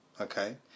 okay